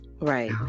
Right